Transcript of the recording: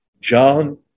John